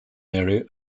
area